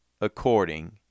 according